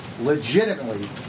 legitimately